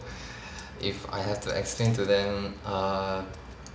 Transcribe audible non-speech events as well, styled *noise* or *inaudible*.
*breath* if I have to explain to them err